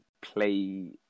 play